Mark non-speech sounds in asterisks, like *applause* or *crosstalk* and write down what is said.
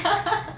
*laughs*